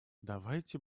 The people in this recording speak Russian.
давайте